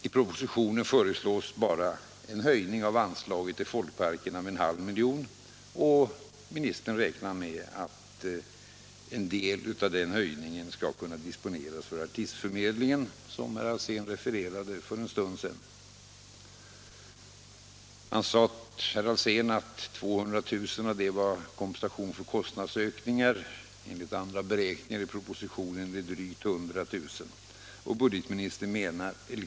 I propositionen föreslås bara en höjning av anslaget till folkparkerna med 500 000 kr., och ministern räknar med att en del av den höjningen skall kunna disponeras för artistförmedlingen, som herr Alsén refererade för en stund sedan. Herr Alsén sade att 200 000 kr. var kompensation för kostnadsökningar. Enligt andra beräkningar i propositionen är det drygt 100 000 kr.